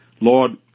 Lord